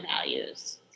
values